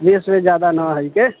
बीस रुपए जादा न है के